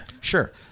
sure